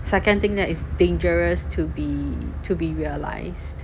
second thing that is dangerous to be to be realised